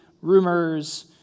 rumors